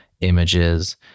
images